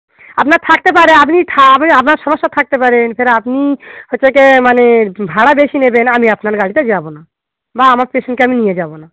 আপনার থাকতে পারে আপনি থা আপনি আপনার সমস্যা থাকতে পারে ফের আপনি হচ্ছে কে মানে ভাড়া বেশি নেবেন আমি আপনার গাড়িতে যাবো না বা আমার পেশেন্টকে আমি নিয়ে যাবো না